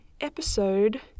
episode